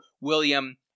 William